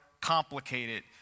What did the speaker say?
complicated